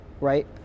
right